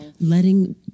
letting